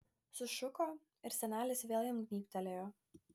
sušuko ir senelis vėl jam gnybtelėjo